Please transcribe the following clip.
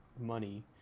money